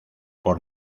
por